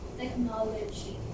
technology